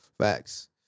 Facts